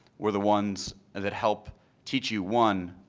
were the ones that help teach you, one,